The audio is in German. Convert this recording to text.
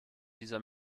dieser